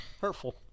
Hurtful